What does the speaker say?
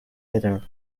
better